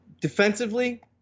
Defensively